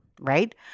right